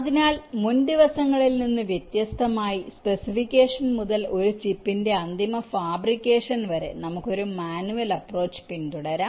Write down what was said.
അതിനാൽ മുൻ ദിവസങ്ങളിൽ നിന്ന് വ്യത്യസ്തമായി സ്പെസിഫിക്കേഷൻ മുതൽ ഒരു ചിപ്പിന്റെ അന്തിമ ഫാബ്രിക്കേഷൻ വരെ നമുക്ക് ഒരു മാനുവൽ അപ്പ്രോച്ച് പിന്തുടരാം